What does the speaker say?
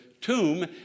tomb